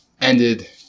ended